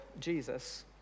Jesus